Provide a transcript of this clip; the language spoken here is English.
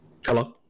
Hello